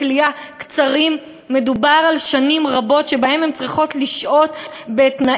תיאורים מזעזעים על התאים הקטנים-מדי ברמה שאי-אפשר להסתובב בהם פיזית,